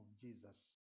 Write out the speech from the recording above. Jesus